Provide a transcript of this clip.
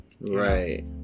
right